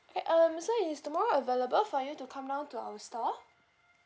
K um so is tomorrow available for you to come down to our store